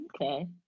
Okay